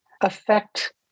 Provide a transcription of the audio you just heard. affect